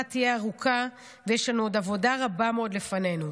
תהיה ארוכה ויש לנו עוד עבודה רבה מאוד מאוד לפנינו.